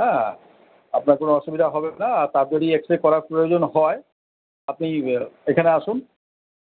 হ্যাঁ আপনার কোনও অসুবিধা হবে না তাও যদি এক্স রে করার প্রয়োজন হয় আপনি এখানে আসুন